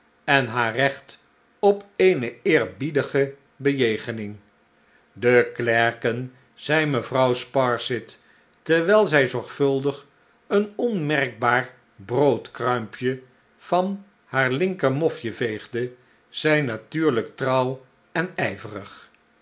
en haar recht op eene eerbiedige bejegening de klerken zeide mevrouw sparsit terwijl zij zorgvuldig een onmerkbaar broodkruimpje van haar linkermofje veegde zijn natnurlijk trouw en ijverig